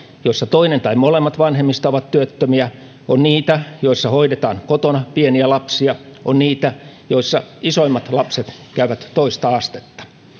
joissa toinen tai molemmat vanhemmista ovat työttömiä on niitä joissa hoidetaan kotona pieniä lapsia on niitä joissa isoimmat lapset käyvät toista astetta